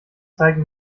zeige